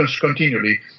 continually